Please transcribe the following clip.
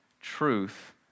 truth